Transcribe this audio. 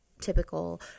typical